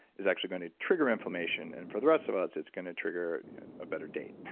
is actually going to trigger inflammation and for the rest of us it's going to trigger a better day